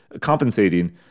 compensating